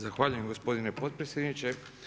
Zahvaljujem gospodine potpredsjedniče.